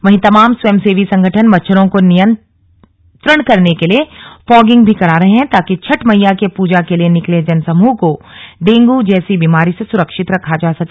वहीं तमाम स्वयंसेवी संगठन मच्छरों को नियंत्रण करने के लिए फॉगिंग भी करा रहे हैं ताकि छठ मैया के पूजा के लिए निकले जनसमूह को डेंगू जैसी बीमारी से सुरक्षित रखा जा सके